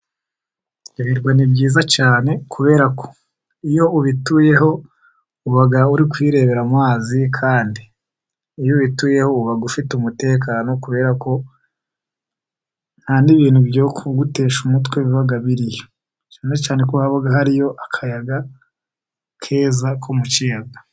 Ibirwa ni byiza cyane kubera ko iyo ubituyeho uba uri kurebera mu mazi, kandi iyo ubituyeho uba ufite umutekano kubera ko nta n'ibintu byo kugutesha umutwe biba biriyo cyane ko haba hariyo akayaga keza ko mukiyaga.